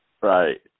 Right